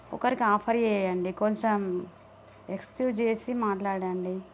ఒకరికి ఆఫర్ చేయండి కొంచెం ఎక్స్క్యూజ్ చేసి మాట్లాడండి